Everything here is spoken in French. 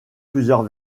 plusieurs